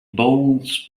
bones